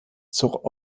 zur